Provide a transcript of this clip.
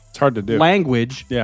language